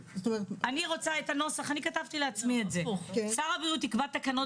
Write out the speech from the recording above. אני רוצה את הנוסח הבא: שר הבריאות יקבע תקנות